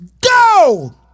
Go